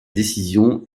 décision